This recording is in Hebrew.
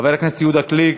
חבר הכנסת יהודה גליק,